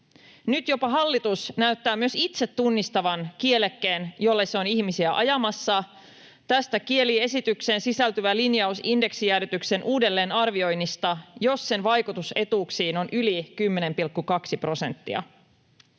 Nyt jopa hallitus näyttää myös itse tunnistavan kielekkeen, jolle se on ihmisiä ajamassa. Tästä kielii esitykseen sisältyvä linjaus indeksijäädytyksen uudelleenarvioinnista, jos sen vaikutus etuuksiin on yli 10,2 prosenttia.